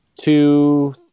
two